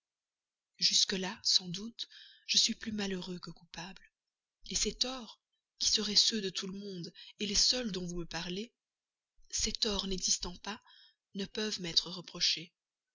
jusques là sans doute je suis plus malheureux que coupable ces torts qui seraient ceux de tout le monde les seuls dont vous me parlez ces torts n'existant pas ne peuvent m'être reprochés